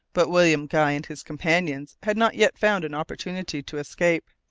but william guy and his companions had not yet found an opportunity to escape.